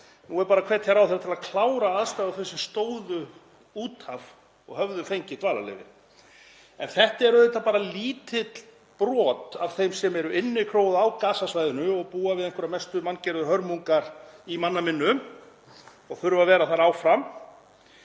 Nú er bara að hvetja ráðherra til að klára að aðstoða þá sem stóðu út af og höfðu fengið dvalarleyfi. En þetta er auðvitað bara lítið brot af þeim sem eru innikróuð á Gaza-svæðinu og búa við einhverjar mestu manngerðu hörmungar í manna minnum og þurfa að vera þar áfram.